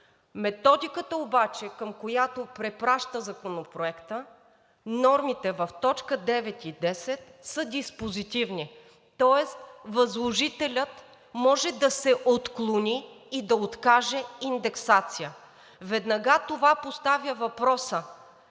Методиката обаче, към която препраща Законопроектът, нормите в т. 9 и т. 10, са диспозитивни, тоест възложителят може да се отклони и да откаже индексация. Веднага това поставя въпроса: